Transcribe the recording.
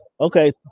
Okay